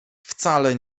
wcale